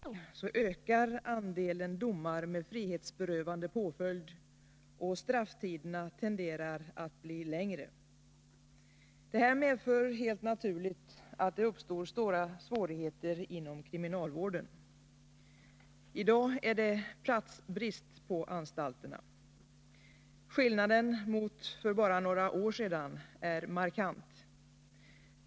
Herr talman! Enligt en undersökning som redovisas i budgetpropositionen ökar andelen domar med frihetsberövande påföljd, och strafftiderna tenderar att bli längre. Detta medför helt naturligt att det uppstår stora svårigheter inom kriminalvården. I dag är det platsbrist på anstalterna. Skillnaden mot för bara några år sedan är markant.